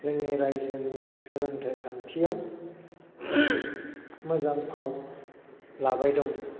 जोंनि रायजोनि सोलोंथाय खान्थियाव मोजां फाव लाबाय दङ